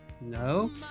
No